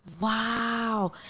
wow